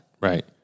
Right